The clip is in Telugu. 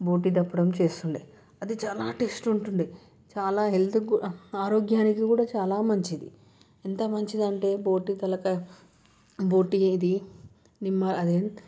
బోటి దప్పడం చేస్తూ ఉండేది అది చాలా టేస్ట్ ఉండేది చాలా హెల్త్ కూడా ఆరోగ్యానికి కూడా చాలా మంచిది ఎంత మంచిదంటే బోటీ తలకాయ బోటి ఇది నిమ్మ అదేంటి